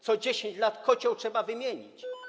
Co 10 lat kocioł trzeba wymienić.